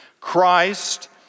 Christ